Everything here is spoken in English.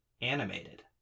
animated